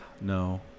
No